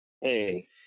Hey